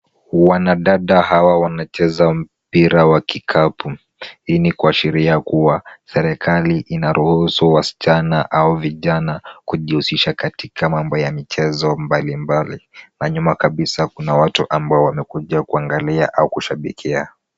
Wanadada hawa wanacheza mpira wa kikapu. Hii ni kuashiria kuwa serikali inaruhusu wasichana au vijana kujihusisha katika mambo ya michezo mbalimbali na nyuma kabisa kuna watu ambao wamekuja kuangalia au kushabikia.